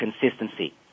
consistency